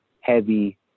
heavy